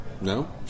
No